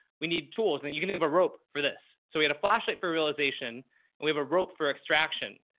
we need tools and you can leave a rope for this. so we had a flashlight for realization and we have a rope for extraction,